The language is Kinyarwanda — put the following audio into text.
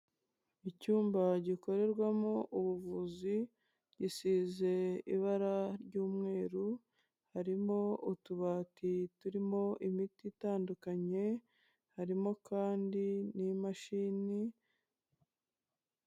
Icyumba gikorerwamo ubuvuzi, gisize ibara ry'umweru, harimo utubati turimo imiti itandukanye, harimo kandi n'imashini.